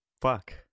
fuck